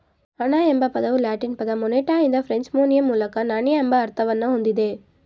ಹಣ ಎಂಬ ಪದವು ಲ್ಯಾಟಿನ್ ಪದ ಮೊನೆಟಾದಿಂದ ಫ್ರೆಂಚ್ ಮೊನ್ಯೆ ಮೂಲಕ ನಾಣ್ಯ ಎಂಬ ಅರ್ಥವನ್ನ ಹೊಂದಿದೆ